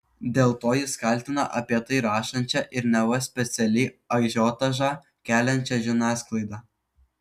dėl to jis kaltina apie tai rašančią ir neva specialiai ažiotažą keliančią žiniasklaidą